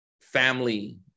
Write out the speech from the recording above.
family